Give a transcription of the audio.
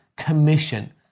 commission